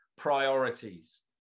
priorities